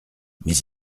mais